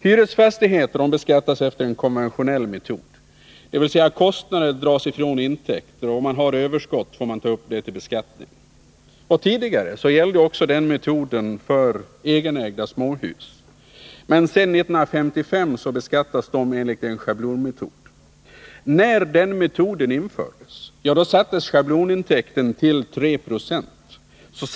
Hyresfastigheter beskattas efter konventionell metod, dvs. kostnader får dras från intäkter och eventuella överskott får tas upp till beskattning. Tidigare gällde en sådan metod också för egenägda småhus, men sedan 1955 beskattas dessa enligt en schablonmetod. När den metoden infördes sattes schablonintäkten till 3 26.